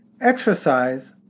Exercise